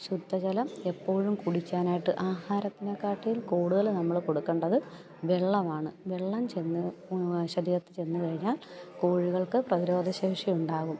ശുദ്ധജലം എപ്പോഴും കുടിക്കാനായിട്ട് ആഹാരത്തിനേക്കാട്ടിൽ കൂടുതൽ നമ്മൾ കൊടുക്കേണ്ടത് വെള്ളമാണ് വെള്ളം ചെന്ന് ശരീരത്തിൽ ചെന്ന് കഴിഞ്ഞാൽ കോഴികൾക്ക് പ്രതിരോധശേഷിയുണ്ടാവും